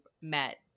met